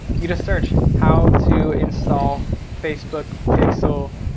you just search, how to install facebook pixel.